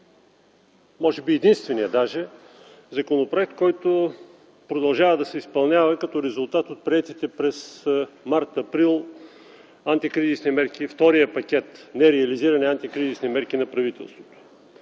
може би даже единственият, който продължава да се изпълнява като резултат от приетите през м. март-април антикризисни мерки – вторият пакет нереализирани антикризисни мерки на правителството.